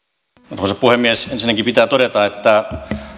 arvoisa puhemies ensinnäkin pitää todeta että